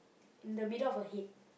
in the middle of head